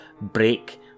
break